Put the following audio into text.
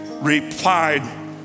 replied